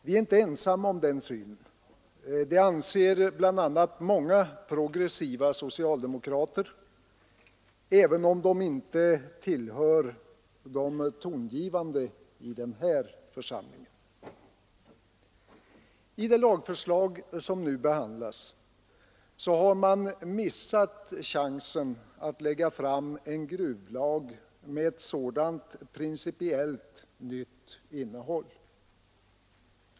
Vi är inte ensamma om den synen. Det anser bl.a. många progressiva socialdemokrater även om de inte tillhör de tongivande i den här församlingen. I det lagförslag som nu behandlas har man missat chansen att lägga fram en gruvlag med ett sådant principiellt nytt innehåll.